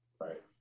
right